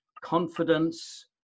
Confidence